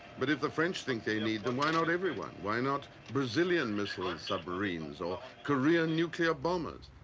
but if the french think they need them, why not everyone? why not brazilian missiles and submarines or korean nuclear bombers?